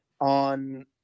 on